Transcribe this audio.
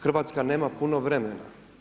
Hrvatska nema puno vremena.